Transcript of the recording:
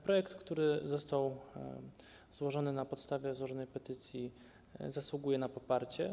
Projekt, który został złożony na podstawie złożonej petycji, zasługuje na poparcie.